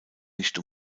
nicht